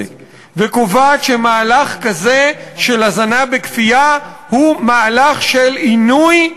וקובעת שמהלך כזה של הזנה בכפייה הוא מהלך של עינוי,